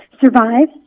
Survive